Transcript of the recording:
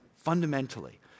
fundamentally